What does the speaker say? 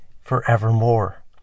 forevermore